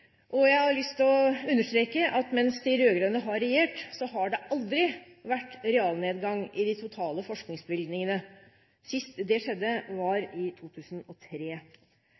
selvfølgelig. Jeg har lyst til å understreke at mens de rød-grønne har regjert, har det aldri vært realnedgang i de totale forskningsbevilgningene. Sist det skjedde, var i 2003.